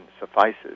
suffices